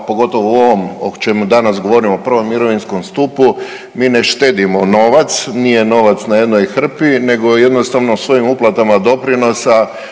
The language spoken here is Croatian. pogotovo u ovom o čemu danas govorimo o prvom mirovinskom stupu, mi ne štedimo novac, nije novac na jednoj hrpi nego jednostavno s ovim uplatama doprinosa